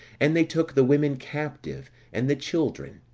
and they took the women captive, and the children,